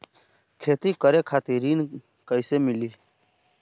खेती करे खातिर ऋण कइसे मिली?